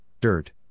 dirt